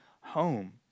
home